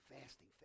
fasting